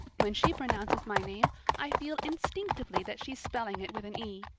when she pronounces my name i feel instinctively that she's spelling it with an e.